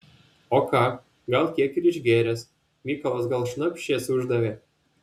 o ką gal kiek ir išgėręs mykolas gal šnapšės uždavė